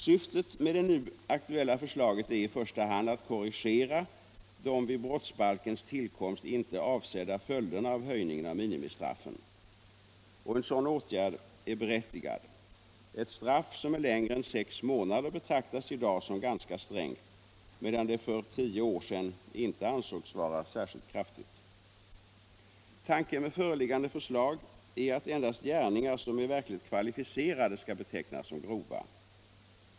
Syftet med det nu aktuella förslaget är i första hand att korrigera de vid brottsbalkens tillkomst icke avsedda följderna av höjningen av minimistraffen. En sådan åtgärd är berättigad. Ett straff som är längre än sex månader betraktas i dag som ganska strängt medan det för 10 år sedan inte ansågs vara särskilt kraftigt. Tanken med föreliggande förslag är att endast gärningar som är verkligt kvalificerade skall betecknas som grova.